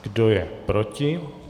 Kdo je proti?